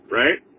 right